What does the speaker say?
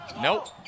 Nope